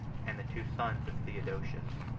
and the two sons of theodosius.